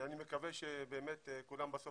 אז אני מקווה שבאמת בסוף כולם יישבו ויהיה פתרון.